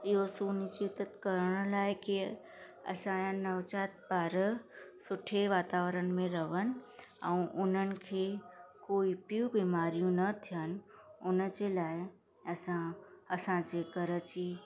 इहो सुनिश्चित करण लाइ कीअं असांजा नवजात ॿार सुठे वातावरण में रहनि ऐं उन्हनि खे कोई ॿियूं बिमारियूं न थियनि हुनजे लाइ असां असांजे घर जी